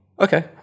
Okay